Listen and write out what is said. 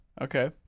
Okay